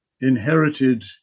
inherited